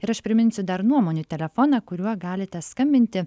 ir aš priminsiu dar nuomonių telefoną kuriuo galite skambinti